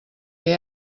què